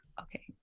Okay